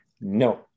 No